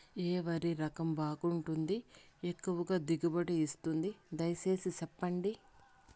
ఏ వరి రకం బాగుంటుంది, ఎక్కువగా దిగుబడి ఇస్తుంది దయసేసి చెప్పండి?